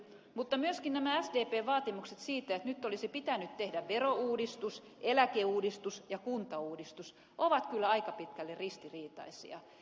mutta myöskin nämä sdpn vaatimukset siitä että nyt olisi pitänyt tehdä verouudistus eläkeuudistus ja kuntauudistus ovat kyllä aika pitkälle ristiriitaisia